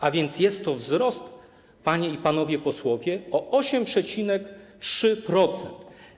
A więc jest to wzrost, panie i panowie posłowie, o 8,3%.